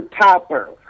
Topper